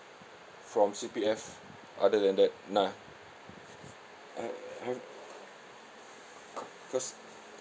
from C_P_F other than that nah uh uh cause